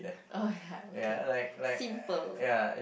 oh ya okay simple